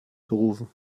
gerufen